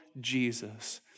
Jesus